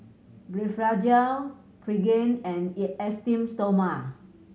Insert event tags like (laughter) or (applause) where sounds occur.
Blephagel Pregain and (unintelligible) Esteem Stoma